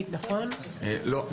לא,